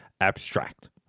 abstract